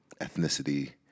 ethnicity